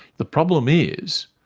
the problem is,